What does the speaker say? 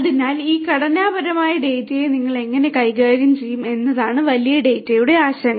അതിനാൽ ഈ ഘടനാപരമായ ഡാറ്റയെ നിങ്ങൾ എങ്ങനെ കൈകാര്യം ചെയ്യും എന്നതാണ് വലിയ ഡാറ്റയുടെ ആശങ്ക